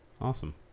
Awesome